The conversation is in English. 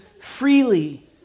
freely